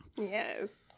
Yes